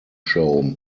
show